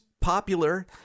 popular